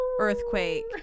earthquake